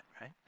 right